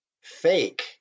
Fake